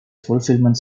fulfillment